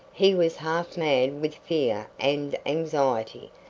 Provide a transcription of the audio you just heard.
he was half mad with fear and anxiety,